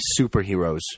superheroes